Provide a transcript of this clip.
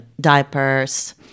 diapers